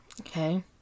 okay